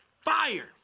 fire